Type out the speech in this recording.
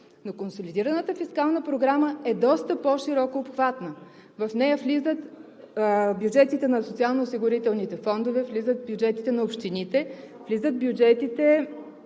Но консолидираната фискална програма е доста по-широкообхватна. В нея влизат бюджетите на социално осигурителните фондове, влизат бюджетите на общините, влизат бюджетите